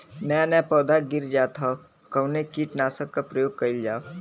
नया नया पौधा गिर जात हव कवने कीट नाशक क प्रयोग कइल जाव?